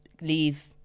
leave